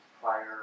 prior